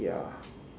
ya